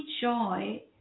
joy